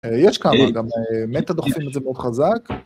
יש, כאמור, גם "מטא" דוחפים את זה מאוד חזק.